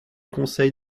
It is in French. conseils